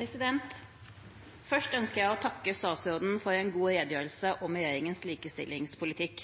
2023. Først ønsker jeg å takke statsråden for en god redegjørelse om regjeringens likestillingspolitikk.